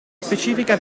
specifica